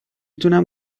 تونم